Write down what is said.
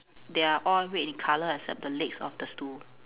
they are all red in colour except the legs of the stool